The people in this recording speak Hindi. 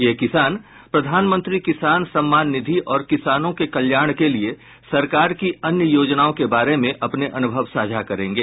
ये किसान प्रधानमंत्री किसान सम्मान निधि और किसानों के कल्याण के लिए सरकार की अन्य योजनाओं के बारे में अपने अनुभव साझा करेंगे